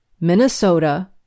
Minnesota